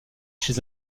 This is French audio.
chez